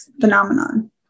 phenomenon